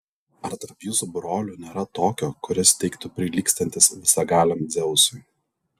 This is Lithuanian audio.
ar tarp jūsų brolių nėra tokio kuris teigtų prilygstantis visagaliam dzeusui